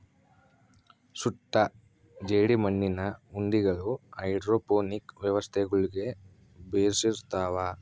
ಸುಟ್ಟ ಜೇಡಿಮಣ್ಣಿನ ಉಂಡಿಗಳು ಹೈಡ್ರೋಪೋನಿಕ್ ವ್ಯವಸ್ಥೆಗುಳ್ಗೆ ಬೆಶಿರ್ತವ